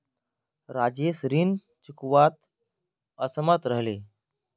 राजेश ऋण चुकव्वात असमर्थ रह ले